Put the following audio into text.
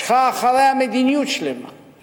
משכה אחריה מדיניות שלמה,